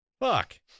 Fuck